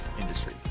industry